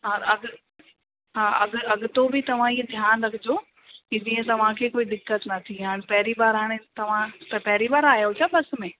हा अगरि हा अगरि अॻिते बि तव्हां हीउ ध्यानु रखिजो की जीअं तव्हांखे कोई दिक़त न थिए हा पहिरीं बार हाणे तव्हां त पहिरीं बार आया आहियो छा बस में